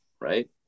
Right